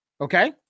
okay